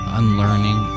unlearning